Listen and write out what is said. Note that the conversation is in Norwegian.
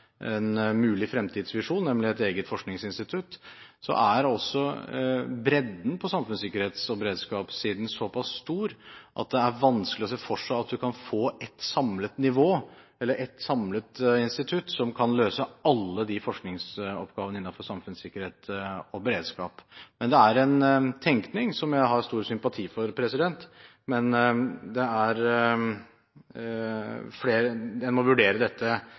en mulig fremtidsvisjon, nemlig et eget forskningsinstitutt. Bredden på samfunnssikkerhets- og beredskapssiden er såpass stor at det er vanskelig å se for seg at man kan få ett samlet nivå, eller ett samlet institutt, som kan løse alle forskningsoppgavene innenfor samfunnssikkerhet og beredskap. Det er en tenkning som jeg har stor sympati for, men man må vurdere dette i et mer helhetlig perspektiv. Når det